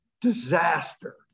Disaster